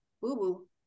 boo-boo